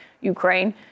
Ukraine